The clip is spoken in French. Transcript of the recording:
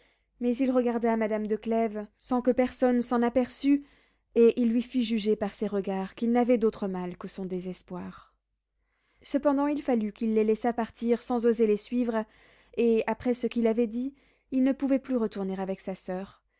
mais il regarda madame de clèves sans que personne s'en aperçût et il lui fit juger par ses regards qu'il n'avait d'autre mal que son désespoir cependant il fallut qu'il les laissât partir sans oser les suivre et après ce qu'il avait dit il ne pouvait plus retourner avec sa soeur